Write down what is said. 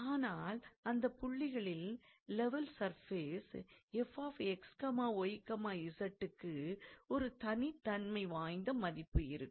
ஆனால் அந்தப் புள்ளிகளின் லெவல் சர்ஃபேஸ் 𝑓𝑥𝑦𝑧க்கு ஒரு தனித்தன்மை வாய்ந்த மதிப்பு இருக்கும்